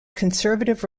conservative